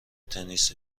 تنیس